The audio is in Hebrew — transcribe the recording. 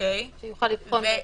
שיוכל לבחון אותו.